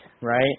right